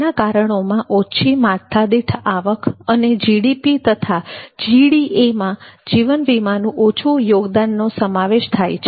તેના કારણોમાં ઓછી માથાદીઠ આવક અને જીડીપી તથા જીડીએમાં જીવન વીમાનું ઓછું યોગદાનનો સમાવેશ થાય છે